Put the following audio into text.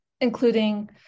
including